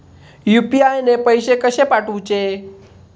UPI ने पैशे कशे पाठवूचे?